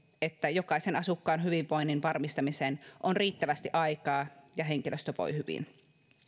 että jokaisen asukkaan hyvinvoinnin varmistamiseen on riittävästi aikaa ja henkilöstö voi hyvin